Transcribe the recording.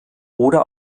oder